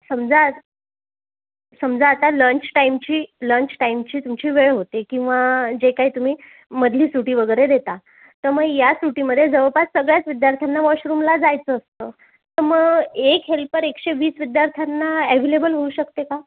समजा आ समजा आता लंच टाईमची लंच टाईमची तुमची वेळ होते किंवा जे काही तुम्ही मधली सुटी वगैरे देता तर मग या सुटीमध्ये जवळपास सगळ्याच विद्यार्थ्यांना वॉशरूमला जायचं असतं तर मग एक हेल्पर एकशे वीस विद्यार्थ्यांना ॲव्हेलेबल होऊ शकते का